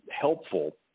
helpful